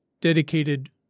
dedicated